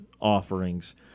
offerings